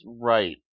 right